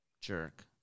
jerk